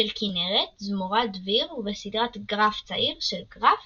של כנרת, זמורה, דביר ובסדרת "גרף צעיר" של גרף